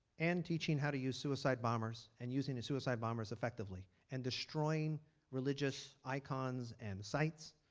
and teaching how to use suicide bombers and using suicide bombers effectively and destroying religious icons and sites,